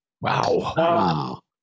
Wow